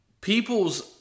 people's